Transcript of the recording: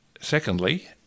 Secondly